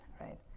right